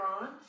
on